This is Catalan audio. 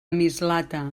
mislata